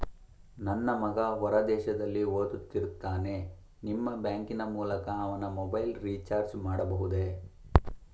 ನನ್ನ ಮಗ ಹೊರ ದೇಶದಲ್ಲಿ ಓದುತ್ತಿರುತ್ತಾನೆ ನಿಮ್ಮ ಬ್ಯಾಂಕಿನ ಮೂಲಕ ಅವನ ಮೊಬೈಲ್ ರಿಚಾರ್ಜ್ ಮಾಡಬಹುದೇ?